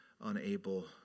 unable